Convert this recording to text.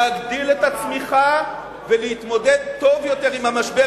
להגדיל את הצמיחה ולהתמודד עם המשבר